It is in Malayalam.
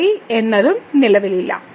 y എന്നതും നിലവിലില്ല